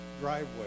driveway